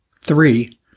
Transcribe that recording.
Three